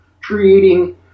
creating